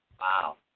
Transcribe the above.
Wow